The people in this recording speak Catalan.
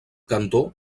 cantó